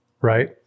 right